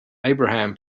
abraham